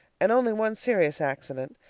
and only one serious accident.